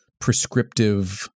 prescriptive